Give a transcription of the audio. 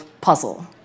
puzzle